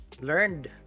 learned